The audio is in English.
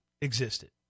existed